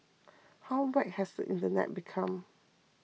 how whacked has the internet become